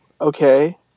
okay